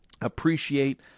appreciate